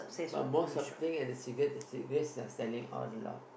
but most of thing and the cigarettes the cigarettes are selling out a lot